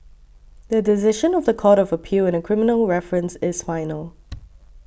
the decision of the Court of Appeal in a criminal reference is final